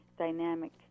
Dynamic